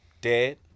dead